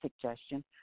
suggestion